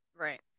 right